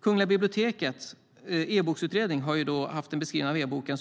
Kungliga bibliotekets e-boksutredning har haft följande beskrivning av e-boken: